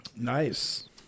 Nice